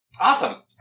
Awesome